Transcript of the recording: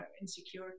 insecure